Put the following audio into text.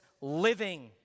living